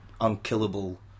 unkillable